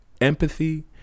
Empathy